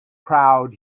crowd